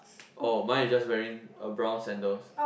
oh mine is just wearing a brown sandals